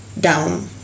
down